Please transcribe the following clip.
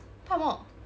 怕什么